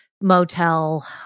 motel